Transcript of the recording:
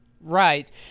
Right